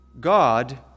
God